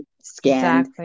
scanned